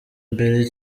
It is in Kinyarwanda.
mbere